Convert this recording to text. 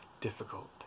difficult